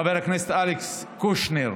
חבר הכנסת אלכס קושניר,